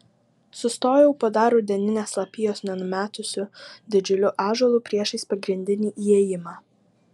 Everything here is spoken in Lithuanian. sustojau po dar rudeninės lapijos nenumetusiu didžiuliu ąžuolu priešais pagrindinį įėjimą